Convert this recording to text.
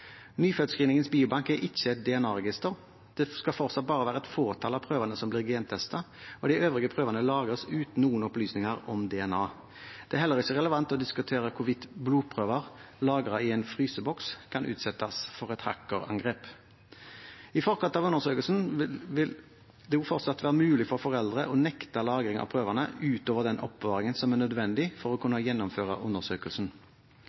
biobank er ikke et DNA-register. Det skal fortsatt bare være et fåtall av prøvene som blir gentestet, de øvrige prøvene lagres uten noen opplysninger om DNA. Det er heller ikke relevant å diskutere hvorvidt blodprøver lagret i en fryseboks kan utsettes for et hackerangrep. I forkant av undersøkelsen vil det fortsatt være mulig for foreldre å nekte lagring av prøvene utover den oppbevaringen som er nødvendig for å kunne gjennomføre undersøkelsen.